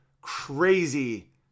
crazy